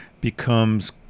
becomes